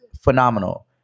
phenomenal